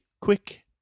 quick